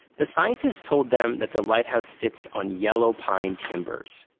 the scientists told them that the lighthouse sits on yellow pine timbers.